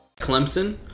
Clemson